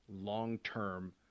long-term